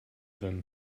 them